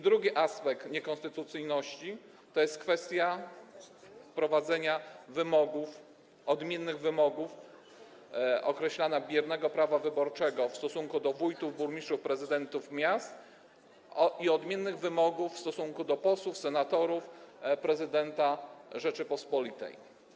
Drugi aspekt niekonstytucyjności to jest kwestia wprowadzenia wymogów, odmiennych wymogów, jeśli chodzi o określanie biernego prawa wyborczego w stosunku do wójtów, burmistrzów i prezydentów miast oraz odmiennych wymogów w stosunku do posłów, senatorów i prezydenta Rzeczypospolitej.